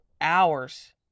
hours